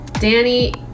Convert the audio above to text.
danny